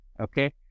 Okay